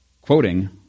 quoting